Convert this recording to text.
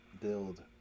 build